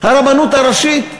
הרבנות הראשית?